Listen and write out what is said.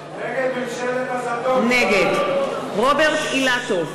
נגד רוברט אילטוב,